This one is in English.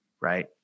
right